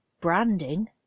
branding